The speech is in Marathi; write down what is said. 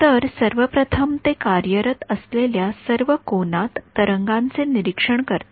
तर सर्वप्रथम ते कार्यरत असलेल्या सर्व कोनात तरंगांचे निरीक्षण करते